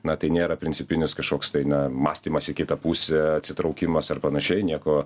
na tai nėra principinis kažkoks tai na mąstymas į kitą pusę atsitraukimas ar panašiai nieko